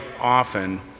often